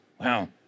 Wow